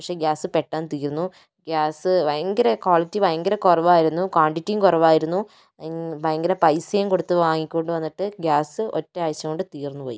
പക്ഷേ ഗ്യാസ് പെട്ടെന്ന് തീർന്നു ഗ്യാസ് ഭയങ്കര ക്വാളിറ്റി ഭയങ്കര കുറവായിരുന്നു ക്വാണ്ടിറ്റിയും കുറവായിരുന്നു ഭയങ്കര പൈസയും കൊടുത്ത് വാങ്ങികൊണ്ട് വന്നിട്ട് ഗ്യാസ് ഒറ്റ ആഴ്ചകൊണ്ട് തീർന്നു പോയി